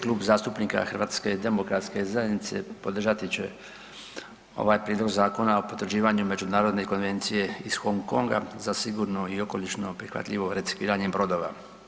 Klub zastupnika HDZ-a podržati će ovaj Prijedlog zakona o potvrđivanju Međunarodne konvencije iz Hong Konga za sigurno i okolišno prihvatljivo recikliranje brodova.